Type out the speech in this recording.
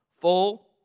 full